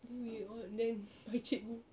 then we all then my cikgu